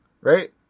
right